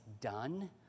done